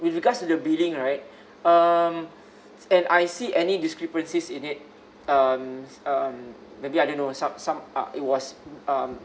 with regards to the billing right um and I see any discrepancies in it um um maybe I don't know some some uh it was um